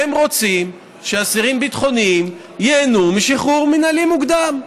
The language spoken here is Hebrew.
הם רוצים שאסירים ביטחוניים ייהנו משחרור מינהלי מוקדם.